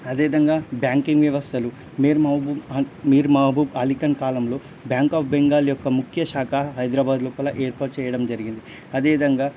అదే విధంగా బ్యాంకింగ్ వ్యవస్థలు మీర్ మహబూబ్ మీర్ మహబూబ్ అలీ ఖాన్ కాలంలో బ్యాంక్ ఆఫ్ బెంగాల్ యొక్క ముఖ్య శాఖ హైదరాబాద్ లోపల ఏర్పాటు చేయడం జరిగింది అదే విధంగా